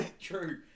True